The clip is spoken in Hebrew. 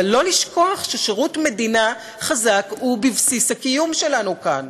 אבל לא לשכוח ששירות מדינה חזק הוא בבסיס הקיום שלנו כאן,